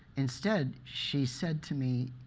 instead, she said to me,